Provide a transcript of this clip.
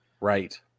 Right